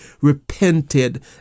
repented